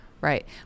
Right